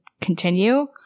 continue